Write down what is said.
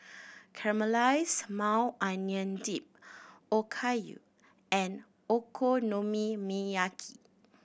Caramelized Maui Onion Dip Okayu and Okonomiyaki